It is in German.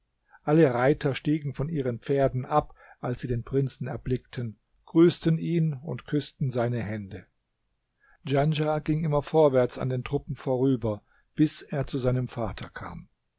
alle reiter stiegen von ihren pferden ab als sie den prinzen erblickten grüßten ihn und küßten seine hände djanschah ging immer vorwärts an den truppen vorüber bis er zu seinem vater kam